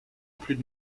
plus